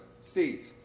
Steve